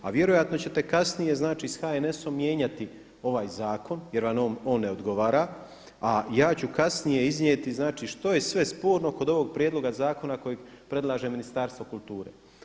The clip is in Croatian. A vjerojatno ćete kasnije, znači sa HNS-om mijenjati ovaj zakon jer vam on ne odgovara a ja ću kasnije iznijeti znači što je sve sporno kod ovog prijedloga zakona kojeg predlaže Ministarstvo kulture.